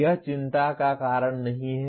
यह चिंता का कारण नहीं है